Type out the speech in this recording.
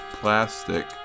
plastic